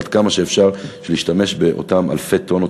אבל עד כמה שאפשר להשתמש באלפי טונות